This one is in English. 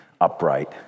upright